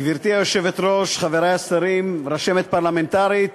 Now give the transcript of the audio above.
גברתי היושבת-ראש, חברי השרים, רשמת פרלמנטרית,